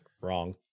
wrong